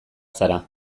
zara